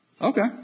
okay